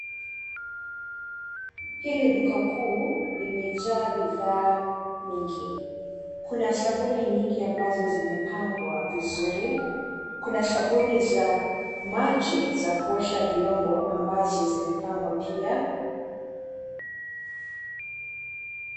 Hili duka kuu limejaa bidhaa nyingi. Kuna sabuni nyingi ambazo zimepangwa vizuri. Kuna sabuni za maji, za kuosha viombo ambazo zimepangwa pia.